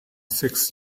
six